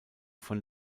von